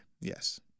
Yes